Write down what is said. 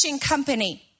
company